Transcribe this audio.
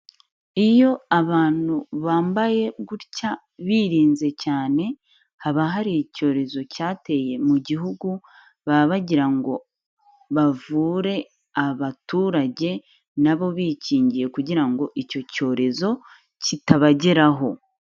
Iyo abantu bambaye gutya birinze cyane, haba hari icyorezo cyateye mu gihugu, baba bagira ngo bavure abaturage, na bo bikingiye kugira ngo icyo cyorezo kitabageraho.